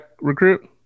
recruit